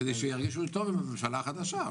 כדי שירגישו טוב עם הממשלה החדשה.